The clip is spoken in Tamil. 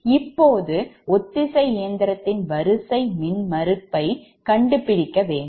இப்போது ஒத்திசை இயந்திரத்தின் வரிசை மின்மறுப்பை கண்டுபிடிக்க வேண்டும்